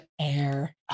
air